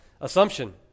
assumption